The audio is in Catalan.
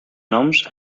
noms